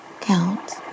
count